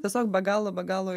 tiesiog be galo be galo